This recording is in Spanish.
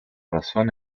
razón